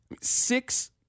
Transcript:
Six